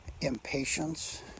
impatience